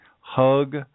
Hug